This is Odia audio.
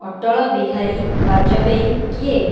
ଅଟଳ ବିହାରୀ ବାଜପେୟୀ କିଏ